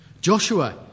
Joshua